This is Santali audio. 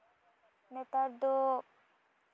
ᱱᱮᱛᱟᱨ ᱫᱚ